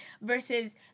versus